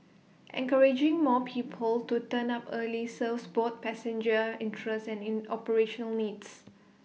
encouraging more people to turn up early serves both passenger interests and operational needs